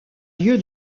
lieu